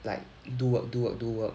like do work do work do work